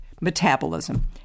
Metabolism